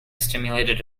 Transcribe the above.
stimulated